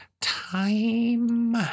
time